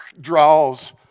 draws